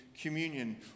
communion